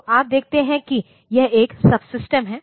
तो आप देखते हैं कि यह एक सबसिस्टम है